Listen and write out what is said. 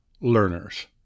Learners